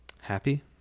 Happy